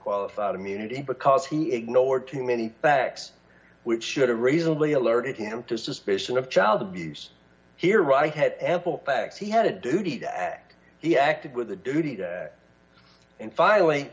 qualified immunity because he ignored too many facts which should reasonably alert him to suspicion of child abuse here right had ample facts he had a duty to act he acted with a duty to in filing